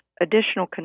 additional